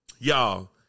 Y'all